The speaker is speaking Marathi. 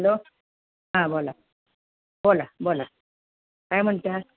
हॅलो हा बोला बोला बोला काय म्हणता